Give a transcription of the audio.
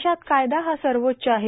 देशात कायदा हा सर्वोच्च आहे